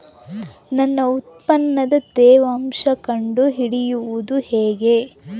ನನ್ನ ಉತ್ಪನ್ನದ ತೇವಾಂಶ ಕಂಡು ಹಿಡಿಯುವುದು ಹೇಗೆ?